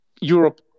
europe